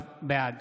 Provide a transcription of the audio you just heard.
בעד